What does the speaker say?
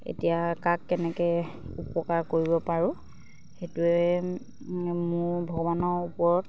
এতিয়া কাক কেনেকৈ উপকাৰ কৰিব পাৰোঁ সেইটোৱে মোৰ ভগৱানৰ ওপৰত